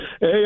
Hey